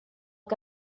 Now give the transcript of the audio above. que